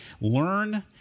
learn